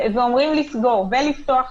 ואומרים לסגור ולפתוח.